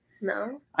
No